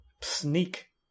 sneak